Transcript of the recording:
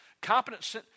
Competence